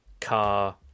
car